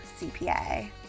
CPA